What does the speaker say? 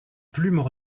plumes